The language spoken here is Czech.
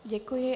Děkuji.